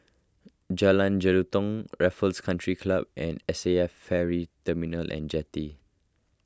Jalan Jelutong Raffles Country Club and S A F Ferry Terminal and Jetty